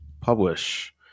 publish